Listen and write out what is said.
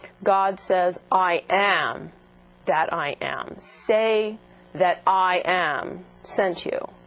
god says i am that i am. say that i am sent you.